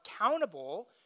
accountable